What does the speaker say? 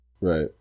Right